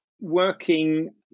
working